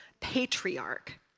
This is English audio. patriarch